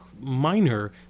minor